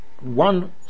one